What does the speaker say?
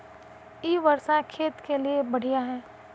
इ वर्षा खेत के लिए बढ़िया है?